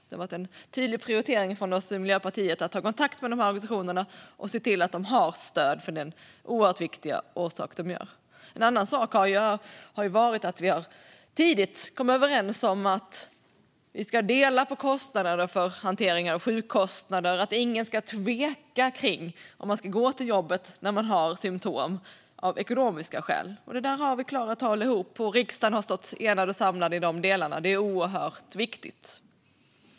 Det har varit en tydlig prioritering för oss i Miljöpartiet att ta kontakt med de organisationerna och se till att de har stöd för det oerhört viktiga arbete som de gör. En annan sak har varit att vi tidigt har kommit överens om att vi ska dela på kostnaderna för hantering av sjukkostnader. Ingen ska av ekonomiska skäl tveka om de ska gå till jobbet när de har symtom. Det har vi klarat att hålla ihop. Riksdagen har stått enad och samlad i de delarna. Det är oerhört viktigt.